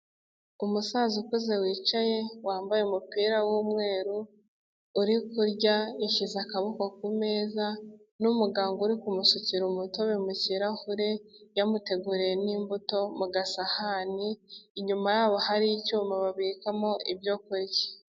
Umusaza ukuze wicaye wambaye umupira w'umweru, uri kurya yashyize akaboko ku meza n'umuganga uri kumusukira umutobe mu kirahure, yamuteguriye n'imbuto mu gasahani, inyuma yabo hari icyuma babikamo ibyo kurya.